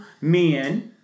men